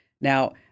Now